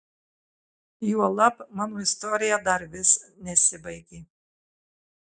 juolab mano istorija dar vis nesibaigė